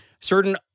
certain